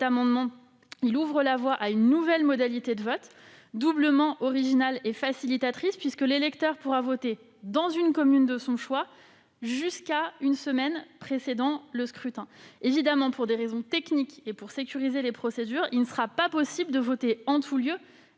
amendement ouvre la voie à une nouvelle modalité de vote, doublement originale et facilitatrice : l'électeur pourra voter dans la commune de son choix dans un délai n'excédant pas une semaine avant le scrutin. Évidemment, pour des raisons techniques et afin de sécuriser les procédures, il ne sera pas possible de voter en tout lieu